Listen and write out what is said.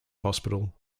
hospital